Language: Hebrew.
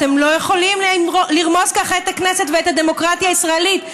אתם לא יכולים לרמוס ככה את הכנסת ואת הדמוקרטיה הישראלית.